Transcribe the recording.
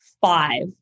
five